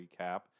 recap